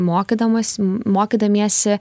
mokydamas mokydamiesi